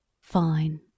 fine